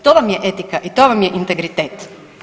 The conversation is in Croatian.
To vam je etika i to vam je integritet.